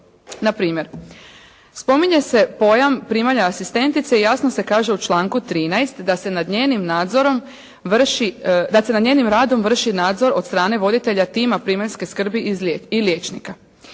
Na primjer, spominje se pojam primanja asistentice i jasno se kaže u članku 13. da se nad njenim radom vrši nadzor od strane voditelja tima primaljske skrbi i liječnika.